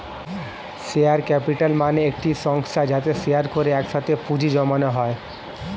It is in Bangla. শেয়ার ক্যাপিটাল মানে একটি সংস্থা যাতে শেয়ার করে একসাথে পুঁজি জমানো হয়